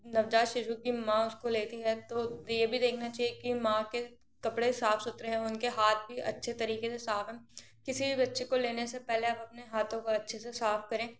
नवजात शिशु कि माँ उसको लेती है तो ये भी देखना चाहिए कि माँ के कपड़े साफ सुथरे हो उनके हाथ भी अच्छे तरीके से साफ किसी बच्चे को लेने से पहले आप अपने हाथों को अच्छे से साफ करें